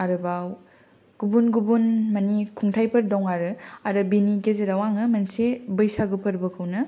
आरोबाव गुबुन गुबुन माने खुंथाइफोर दं आरो बिनि गेजेराव आङो मोनसे बैसागो फोरबोखौनो